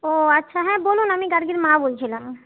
ও আচ্ছা হ্যাঁ বলুন আমি গার্গীর মা বলছিলাম